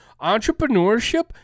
entrepreneurship